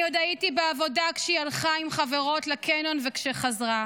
אני עוד הייתי בעבודה כשהיא הלכה עם חברות מהקניון וכשחזרה.